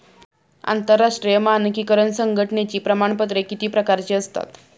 आंतरराष्ट्रीय मानकीकरण संघटनेची प्रमाणपत्रे किती प्रकारची असतात?